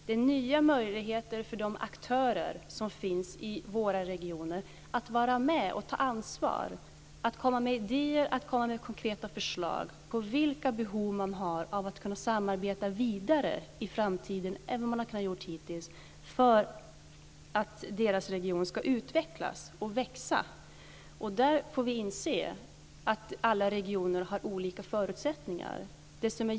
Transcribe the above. Det är nya möjligheter för de aktörer som finns i våra regioner att vara med och ta ansvar. Det handlar om att komma med idéer och med konkreta förslag om vilka behov man har av att kunna samarbeta vidare i framtiden än man kunnat göra hittills för att den egna regionen ska utvecklas och växa. Där får vi inse att alla regioner har olika förutsättningar.